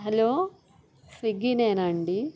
hello స్విగ్గినా అండి